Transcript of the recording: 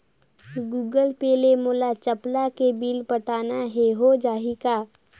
Google Pay ले मोल चपला के बिल पटाना हे, हो जाही का?